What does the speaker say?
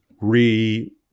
re